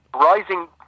Rising